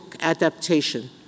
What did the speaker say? adaptation